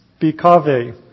bikave